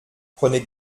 prenez